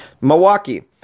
Milwaukee